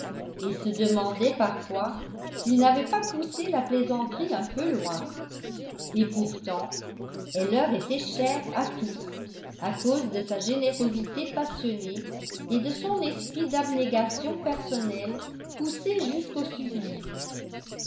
et se demandait parfois s'il n'avait pas poussé la plaisanterie un peu loin et pourtant elle leur était chère à tous à cause de sa générosité passionnée et de son esprit d'abnégation personnelle poussé jusqu'au sublime